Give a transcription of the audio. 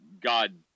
God